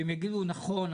והם יגידו: נכון,